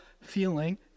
feeling